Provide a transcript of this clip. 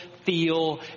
feel